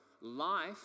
life